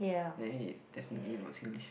anyway is definitely not Singlish